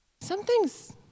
Something's